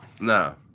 No